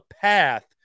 path